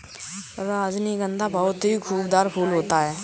रजनीगंधा बहुत ही खुशबूदार फूल होता है